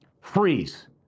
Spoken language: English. freeze